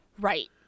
Right